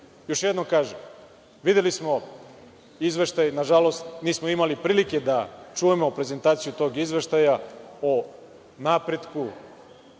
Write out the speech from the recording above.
jednom kažem, videli smo izveštaj. Nažalost, nismo imali prilike da čujemo prezentaciju tog izveštaja o napretku